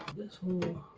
this hole.